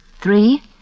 Three